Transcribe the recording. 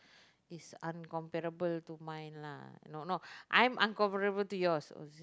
is uncomparable to mine lah no no I'm uncomparable to yours